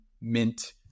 mint